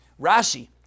Rashi